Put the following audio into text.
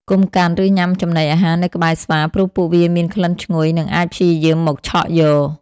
កុំកាន់ ឬញ៉ាំចំណីអាហារនៅក្បែរស្វា ព្រោះពួកវាមានក្លិនឈ្ងុយ និងអាចព្យាយាមមកឆក់យក។